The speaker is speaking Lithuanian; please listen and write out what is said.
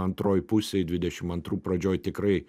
antroj pusėj dvidešim antrų pradžioj tikrai